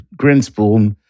Grinspoon